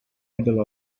middle